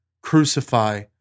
Crucify